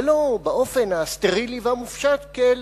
ולא באופן הסטרילי והמופשט כאל